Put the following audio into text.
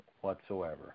whatsoever